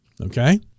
Okay